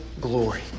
glory